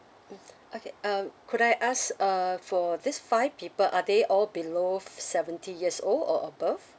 mm okay uh could I ask uh for this five people are they all below seventy years old or above